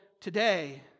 today